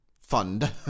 fund